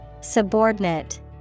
Subordinate